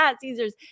Caesars